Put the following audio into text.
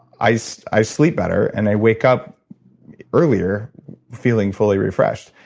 i so i sleep better and i wake up earlier feeling fully refreshed.